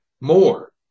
more